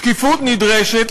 שקיפות נדרשת,